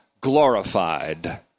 glorified